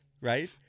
Right